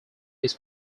his